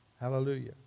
Hallelujah